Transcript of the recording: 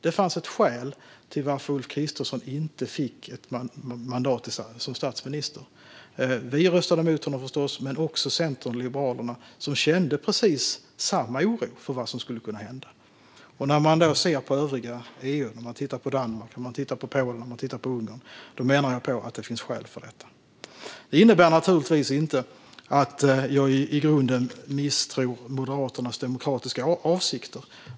Det fanns ett skäl till att Ulf Kristersson inte fick mandat som statsminister. Vi röstade förstås emot honom men också Centern och Liberalerna, som kände precis samma oro som vi för vad som skulle kunna hända. När man ser på övriga EU, länder som Danmark, Polen och Ungern, menar jag att det finns skäl för detta. Det innebär naturligtvis inte att jag i grunden misstror Moderaternas demokratiska avsikter.